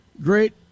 great